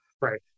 Right